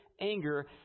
anger